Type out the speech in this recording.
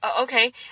okay